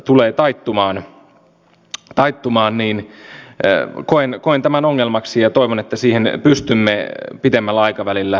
täällä kulmuni kysyi ja joku muukin kysyi tämän kuntien tehtävien ja velvoitteiden karsinnan osalta